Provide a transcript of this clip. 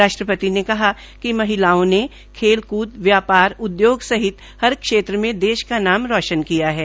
राष्ट्रपति ने कहा कि महिलाओं ने खेलक्द व्यापार उद्योग सहित हर क्षेत्र में देश का नाम रौशन किया है